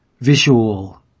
visual